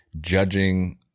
judging